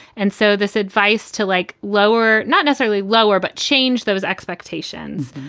and so this advice to like lower, not necessarily lower, but change those expectations.